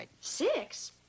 Six